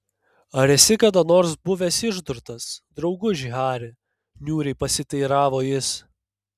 ar esi kada nors buvęs išdurtas drauguži hari niūriai pasiteiravo jis